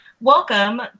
Welcome